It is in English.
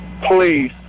Please